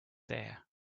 there